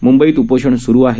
म्ंबईत उपोषण स्रु आहे